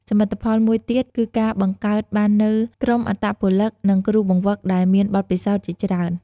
សមិទ្ធផលមួយទៀតគឺការបង្កើតបាននូវក្រុមអត្តពលិក និងគ្រូបង្វឹកដែលមានបទពិសោធន៍ជាច្រើន ។